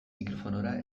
mikrofonora